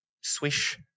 swish